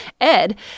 Ed